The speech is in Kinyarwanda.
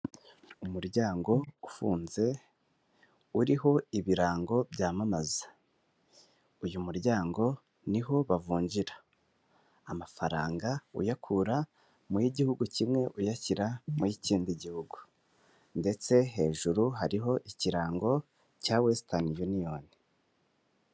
Umuryango ufunze uriho ibirango byamamaza uyu muryango niho bavunjira amafaranga uyakura mu y'igihugu kimwe uyashyira mu kindi gihugu ndetse hejuru hariho ikirango cya wesite yuniyoni.